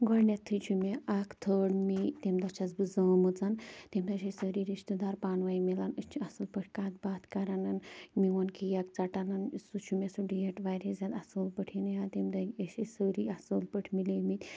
گۄڈٕنٮ۪تھٕے چھُ مےٚ اَکھ تھٲرڈ مئی تَمہِ دۄہ چھَس بہٕ زامٕژ تَمہِ دۄہ چھِ أسۍ سٲرِی رِشتہٕ دار پانہٕ وٲنۍ میلان أسۍ چھِ اَصٕل پٲٹھۍ کَتھ باتھ کَرَان میٛون کیک ژٹان سُہ چھُ مےٚ سُہ ڈیٹ واریاہ زیادٕ اَصٕل پٲٹھۍ یاد ییٚمہِ دۄہ أسۍ ٲسۍ سٲری اَصٕل پٲٹھۍ میلیمٕتۍ